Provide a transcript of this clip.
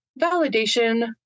validation